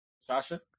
Sasha